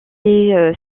est